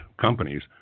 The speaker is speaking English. companies